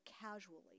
casually